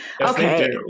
okay